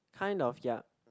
kind of ya